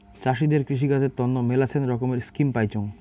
চাষীদের কৃষিকাজের তন্ন মেলাছান রকমের স্কিম পাইচুঙ